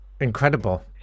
incredible